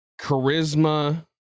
charisma